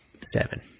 Seven